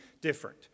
different